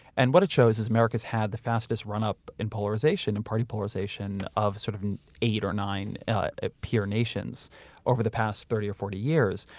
and what it shows is america's had the fastest run up in polarization and party polarization of sort of eight or nine peer nations over the past thirty or forty years.